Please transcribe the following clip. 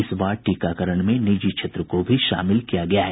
इस बार टीकाकरण में निजी क्षेत्र को भी शामिल किया गया है